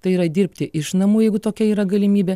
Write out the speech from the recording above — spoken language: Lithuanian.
tai yra dirbti iš namų jeigu tokia yra galimybė